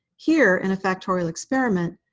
here in a factorial experiment,